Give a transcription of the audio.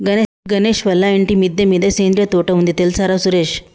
గణేష్ వాళ్ళ ఇంటి మిద్దె మీద సేంద్రియ తోట ఉంది తెల్సార సురేష్